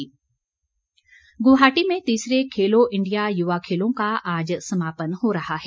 खेलो India Guwahati में तीसरे Khelo India युवा खेलों का आज समापन हो रहा है